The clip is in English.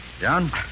John